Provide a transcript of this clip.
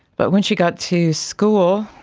but when she got to school,